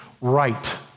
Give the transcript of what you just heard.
right